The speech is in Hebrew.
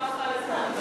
חבל לך על הזמן,